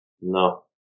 No